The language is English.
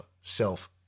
self